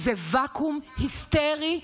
זה ואקום היסטרי,